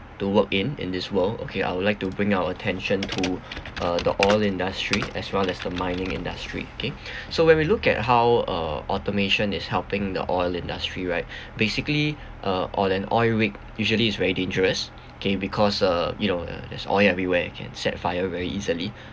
to work in this world okay I would like to bring our attention to uh the oil industry as well as the mining industry kay so when we look at how uh automation is helping the oil industry right basically uh on an oil rig usually is very dangerous kay because uh you know there's oil everywhere you can set fire very easily